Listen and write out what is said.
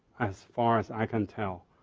as far as i can tell.